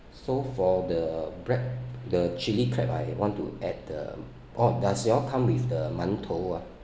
so for the bread the chili crab I want to add the oh does y'all come with the man tou ah